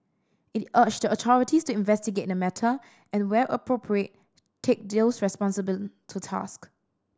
it urged the authorities to investigate the matter and where appropriate take those responsible to task